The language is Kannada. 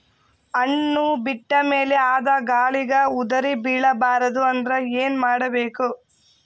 ಹಣ್ಣು ಬಿಟ್ಟ ಮೇಲೆ ಅದ ಗಾಳಿಗ ಉದರಿಬೀಳಬಾರದು ಅಂದ್ರ ಏನ ಮಾಡಬೇಕು?